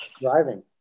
Driving